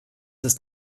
ist